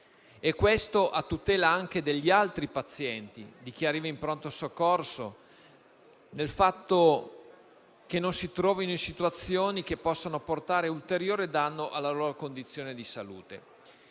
Questo a tutela anche degli altri pazienti e di chi arriva in pronto soccorso, per fare in modo che non si trovino in situazioni che possano portare ulteriore danno alla loro condizione di salute.